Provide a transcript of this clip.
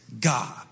God